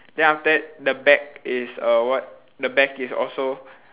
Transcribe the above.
then after that the back is err what the back is also